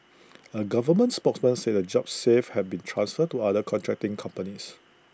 A government spokesman said the jobs saved had been transferred to other contracting companies